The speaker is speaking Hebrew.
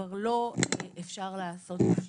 שכבר לא אפשר לעשות בו שימוש,